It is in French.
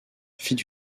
fit